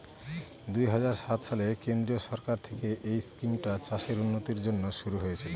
দুই হাজার সাত সালে কেন্দ্রীয় সরকার থেকে এই স্কিমটা চাষের উন্নতির জন্যে শুরু হয়েছিল